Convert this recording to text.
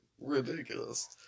ridiculous